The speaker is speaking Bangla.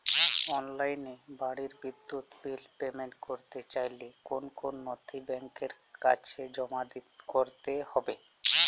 অনলাইনে বাড়ির বিদ্যুৎ বিল পেমেন্ট করতে চাইলে কোন কোন নথি ব্যাংকের কাছে জমা করতে হবে?